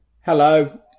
Hello